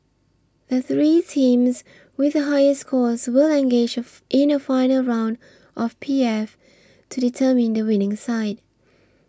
the three teams with the higher scores will engage in a final round of P F to determine the winning side